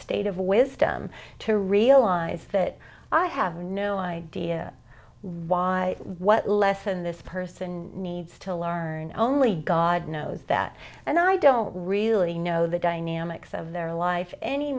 state of wisdom to realize that i have no idea why what lesson this person needs to learn only god knows that and i don't really know the dynamics of their life any